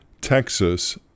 Texas